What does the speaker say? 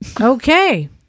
Okay